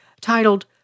titled